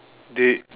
they